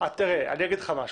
אני אגיד לך משהו.